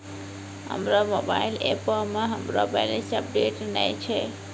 हमरो मोबाइल एपो मे हमरो बैलेंस अपडेट नै छै